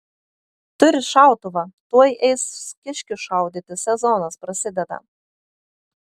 turi šautuvą tuoj eis kiškių šaudyti sezonas prasideda